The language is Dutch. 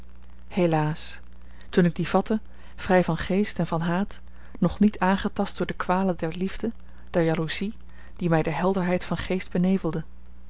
helaas toen ik die vatte vrij van geest en van haat nog niet aangetast door de kwalen der liefde der jaloezie die mij de helderheid van geest benevelden